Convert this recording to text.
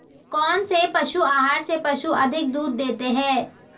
कौनसे पशु आहार से पशु अधिक दूध देते हैं?